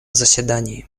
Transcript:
заседании